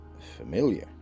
familiar